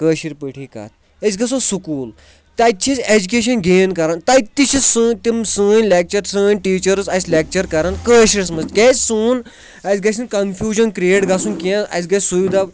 کٲشِر پٲٹھی کَتھ أسۍ گژھو سکوٗل تَتہِ چھِ أسۍ ایجوٗکیشَن گین کَران تَتہِ تہِ چھِ سٲ تِم سٲنۍ لیکچَر سٲنۍ ٹیٖچٲرٕس اَسہِ لیکچَر کَران کٲشرِس منٛز کیٛازِ سون اَسہِ گَژھِ نہٕ کَنفیوٗجَن کِرٛییٹ گژھُن کینٛہہ اَسہِ گژھِ سُوِدا